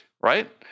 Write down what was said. Right